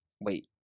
wait